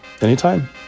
Anytime